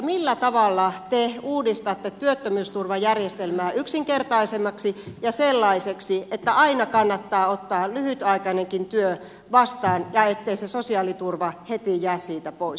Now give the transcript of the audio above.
millä tavalla te uudistatte työttömyysturvajärjestelmää yksinkertaisemmaksi ja sellaiseksi että aina kannattaa ottaa lyhytaikainenkin työ vastaan ja ettei se sosiaaliturva heti jää siitä pois